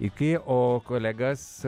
iki o kolegas